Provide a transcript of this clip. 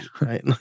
Right